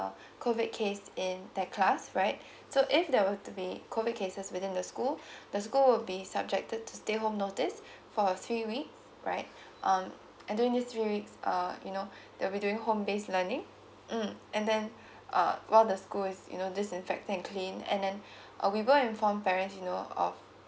C O V I D case in that class right so if there were to be C O V I D cases within the school the school will be subjected to stay home notice for three weeks right um and during these three weeks um you know that we're doing home base learning mm and then uh while the school you know disinfecting and clean and then uh we will inform parents you know of